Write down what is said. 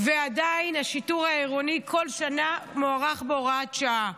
ועדיין השיטור העירוני מוארך בכל שנה בהוראת שעה.